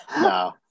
No